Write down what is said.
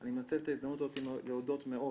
אני מנצל את ההזדמנות להודות מאוד